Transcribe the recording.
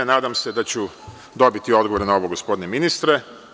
Nadam se da ću dobiti odgovor na ovo, gospodine ministre.